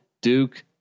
Duke